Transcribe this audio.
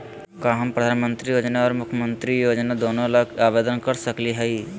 का हम प्रधानमंत्री योजना और मुख्यमंत्री योजना दोनों ला आवेदन कर सकली हई?